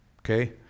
okay